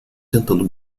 tentando